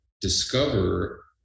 discover